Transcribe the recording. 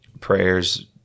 Prayers